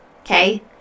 Okay